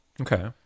Okay